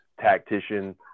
tactician